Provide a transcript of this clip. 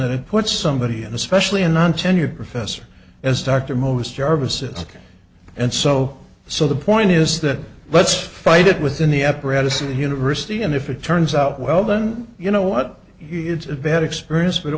that it puts somebody in especially in an tenured professors as doctor most jarvis is and so so the point is that let's fight it within the apparatus of the university and if it turns out well then you know what it's a bad experience but it